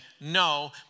no